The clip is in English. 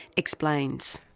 explains.